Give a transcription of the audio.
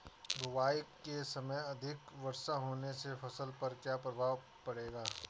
बुआई के समय अधिक वर्षा होने से फसल पर क्या क्या प्रभाव पड़ेगा?